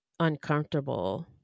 Uncomfortable